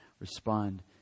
respond